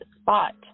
spot